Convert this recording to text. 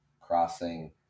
crossing